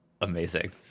Amazing